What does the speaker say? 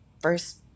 first